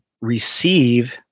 receive